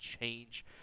change